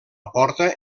porta